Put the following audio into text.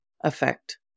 affect